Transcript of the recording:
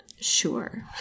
Sure